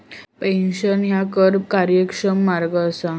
pension ह्या कर कार्यक्षम मार्ग असा